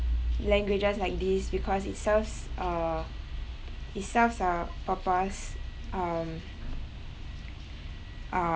languages like this because it serves uh it serves a purpose um uh